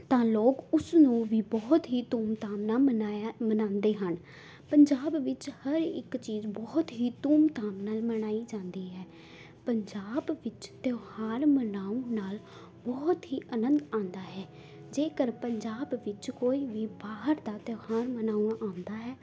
ਤਾਂ ਲੋਕ ਉਸ ਨੂੰ ਵੀ ਬਹੁਤ ਹੀ ਧੂਮ ਧਾਮ ਨਾਲ ਮਨਾਇਆ ਮਨਾਉਂਦੇ ਹਨ ਪੰਜਾਬ ਵਿੱਚ ਹਰ ਇੱਕ ਚੀਜ਼ ਬਹੁਤ ਹੀ ਧੂਮ ਧਾਮ ਨਾਲ ਮਨਾਈ ਜਾਂਦੀ ਹੈ ਪੰਜਾਬ ਵਿੱਚ ਤਿਉਹਾਰ ਮਨਾਉਣ ਨਾਲ ਬਹੁਤ ਹੀ ਅਨੰਦ ਆਉਂਦਾ ਹੈ ਜੇਕਰ ਪੰਜਾਬ ਵਿੱਚ ਕੋਈ ਵੀ ਬਾਹਰ ਦਾ ਤਿਉਹਾਰ ਮਨਾਉਣ ਆਉਂਦਾ ਹੈ